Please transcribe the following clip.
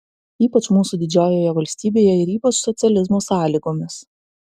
ypač mūsų didžiojoje valstybėje ir ypač socializmo sąlygomis